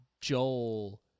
Joel